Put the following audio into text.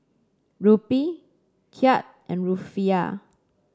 Rupee Kyat and Rufiyaa